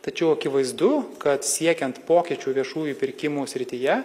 tačiau akivaizdu kad siekiant pokyčių viešųjų pirkimų srityje